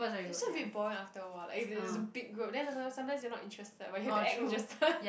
that's why a bit boring after awhile like if it's a big group then also sometimes you are not interested but you have to act interested